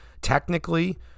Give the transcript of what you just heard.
technically